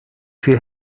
she